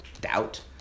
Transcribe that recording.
doubt